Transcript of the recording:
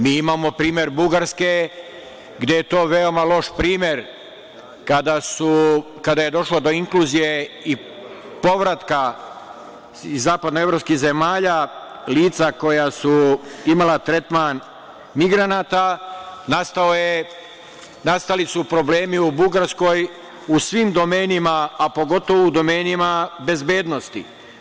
Mi imamo primer Bugarske, gde je to veoma loš primer, kada je došlo do inkluzije i povratka iz zapadnoevropskih zemalja lica koja su imala tretman migranata, nastali su problemi u Bugarskoj, u svim domenima, a pogotovo u domenima bezbednosti.